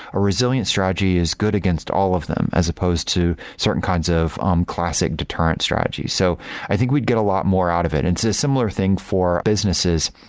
or resilient strategy is good against all of them as supposed to certain kinds of um classic deterrence strategy. so i think we'd get a lot more out of it. and similar thing for businesses,